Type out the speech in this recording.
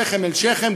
שכם אל שכם,